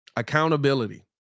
accountability